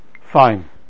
fine